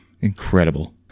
Incredible